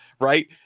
Right